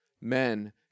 Men